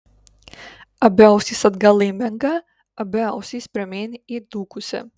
abi ausys atgal laiminga abi ausys pirmyn įdūkusi